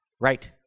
Right